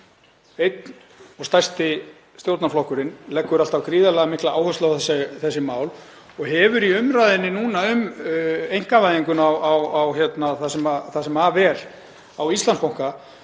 Einn og stærsti stjórnarflokkurinn leggur alltaf gríðarlega mikla áherslu á þessi mál og hefur núna í umræðunni um einkavæðinguna á Íslandsbanka